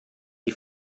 die